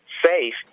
safe